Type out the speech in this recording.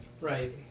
Right